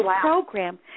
program